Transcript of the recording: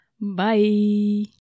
Bye